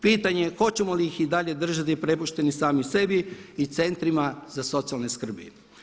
Pitanje je hoćemo li ih i dalje držati prepuštene sami sebi i centrima za socijalne skrbi.